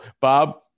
Bob